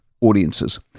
audiences